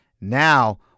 now